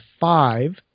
five